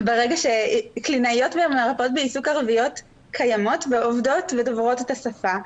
קלינאיות ומרפאות בעיסוק קיימות ועובדות ודוברות את השפה.